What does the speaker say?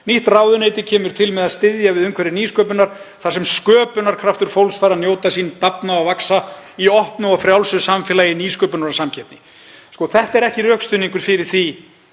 Nýtt ráðuneyti kemur til með að styðja við umhverfi nýsköpunar þar sem sköpunarkraftur fólks fær að njóta sín, dafna og vaxa í opnu og frjálsu samfélagi nýsköpunar og samkeppni.“ Þetta er ekki rökstuðningur fyrir því